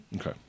Okay